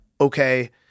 okay